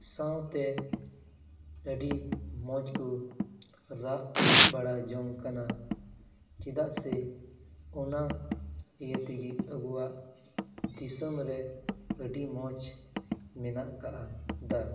ᱥᱟᱶᱛᱮ ᱟᱹᱰᱤ ᱢᱚᱡᱽ ᱠᱚ ᱨᱟᱜ ᱵᱟᱲᱟ ᱡᱚᱝ ᱠᱟᱱᱟ ᱪᱮᱫᱟᱜ ᱥᱮ ᱚᱱᱟ ᱤᱭᱟᱹ ᱛᱮᱜᱮ ᱟᱵᱚᱣᱟᱜ ᱫᱤᱥᱚᱢ ᱨᱮ ᱟᱹᱰᱤ ᱢᱚᱡᱽ ᱢᱮᱱᱟᱜ ᱠᱟᱜᱼᱟ ᱫᱟ